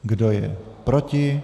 Kdo je proti?